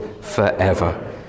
forever